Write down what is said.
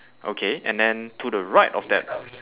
okay and then to the right of that